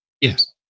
Yes